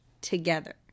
together